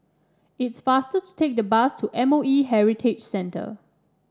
it's faster to take the bus to M O E Heritage Centre